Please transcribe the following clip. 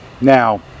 Now